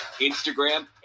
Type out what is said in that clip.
Instagram